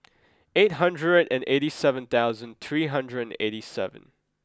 eight hundred and eighty seven thousand three hundred and eight seven